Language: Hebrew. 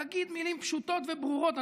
תגיד מילים פשוטות וברורות.